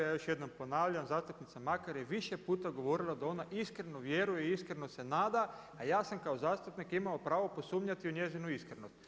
Ja još jednom ponavljam zastupnica Makar je više puta govorila da ona iskreno vjeruje i iskreno se nada, a ja sam kao zastupnik imao pravo posumnjati u njezinu iskrenost.